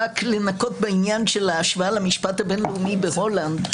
רק לנקות בעניין של ההשוואה למשפט הבין-לאומי בהולנד,